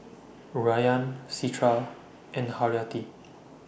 Rayyan Citra and Haryati